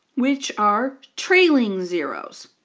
which are trailing zeroes.